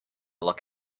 look